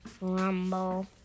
Rumble